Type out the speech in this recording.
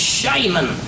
shaman